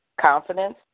confidence